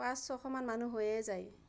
পাঁচ ছশ মান মানুহ হৈয়ে যায়